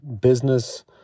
business